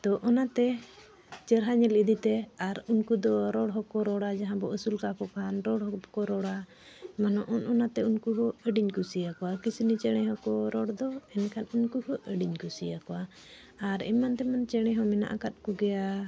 ᱛᱚ ᱚᱱᱟᱛᱮ ᱪᱮᱦᱨᱟ ᱧᱮᱞ ᱤᱫᱤᱛᱮ ᱟᱨ ᱩᱱᱠᱩ ᱫᱚ ᱨᱚᱲ ᱦᱚᱸᱠᱚ ᱨᱚᱲᱟ ᱡᱟᱦᱟᱸ ᱵᱚ ᱟᱹᱥᱩᱞ ᱠᱟᱠᱚ ᱠᱷᱟᱱ ᱨᱚᱲ ᱦᱚᱸᱠᱚ ᱨᱚᱲᱟ ᱢᱟᱱᱮ ᱚᱱ ᱚᱱᱟᱛᱮ ᱩᱱᱠᱩ ᱦᱚᱸ ᱟᱰᱤᱧ ᱠᱩᱥᱤᱭᱟᱠᱚᱣᱟ ᱠᱤᱥᱱᱤ ᱪᱮᱬᱮ ᱦᱚᱸᱠᱚ ᱨᱚᱲ ᱫᱚ ᱮᱱᱠᱷᱟᱱ ᱩᱱᱠᱩ ᱦᱚᱸ ᱟᱹᱰᱤᱧ ᱠᱩᱥᱤᱭᱟᱠᱚᱣᱟ ᱟᱨ ᱮᱢᱟᱱ ᱛᱮᱢᱟᱱ ᱪᱮᱬᱮ ᱦᱚᱸ ᱢᱮᱱᱟᱜ ᱟᱠᱟᱫ ᱠᱚᱜᱮᱭᱟ